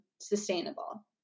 sustainable